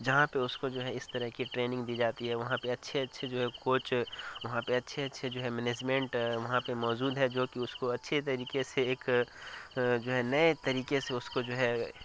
جہاں پہ اس کو جو ہے اس طرح کی ٹریننگ دی جاتی ہے وہاں پہ اچھے اچھے جو ہے کوچ وہاں پہ اچھے اچھے جو ہے منیجمنٹ وہاں پہ موجود ہے جو کہ اس کو اچھے طریقے سے ایک نئے طریقے سے اس کو جو ہے